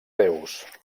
déus